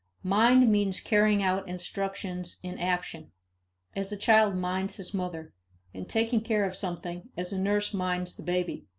mind means carrying out instructions in action as a child minds his mother and taking care of something as a nurse minds the baby.